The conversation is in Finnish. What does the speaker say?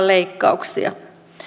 leikkauksia